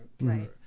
Right